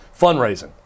fundraising